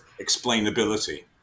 explainability